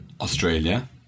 Australia